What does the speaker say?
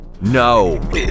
No